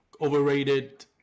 overrated